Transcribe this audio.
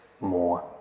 more